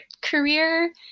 career